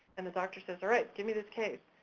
and the doctor says, alright, give me this case.